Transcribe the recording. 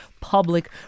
public